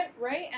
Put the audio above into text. right